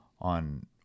on